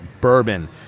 bourbon